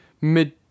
mid